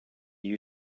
you